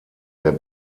der